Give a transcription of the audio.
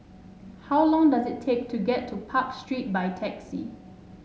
how long does it take to get to Park Street by taxi